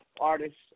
artists